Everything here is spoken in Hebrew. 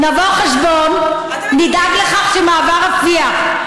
אבל אתם מדברים איתם, חברת הכנסת ברקו.